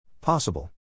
Possible